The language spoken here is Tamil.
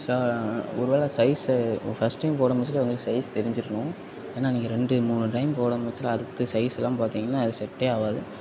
ஷா ஒரு வேளை சைஸ்ஸு ஓ ஃபர்ஸ்ட் டைம் போட மோஸ்ட்லி அவங்களுக்கு சைஸ் தெரிஞ்சிரணும் ஏன்னா நீங்கள் ரெண்டு மூணு டைம் போடமோதுல அடுத்து சைஸ்லாம் பார்த்தீங்கன்னா அது செட்டே ஆகாது